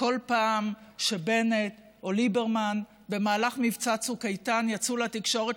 בכל פעם שבמהלך מבצע צוק איתן יצאו בנט או ליברמן לתקשורת